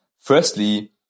firstly